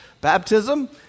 Baptism